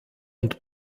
und